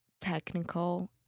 technical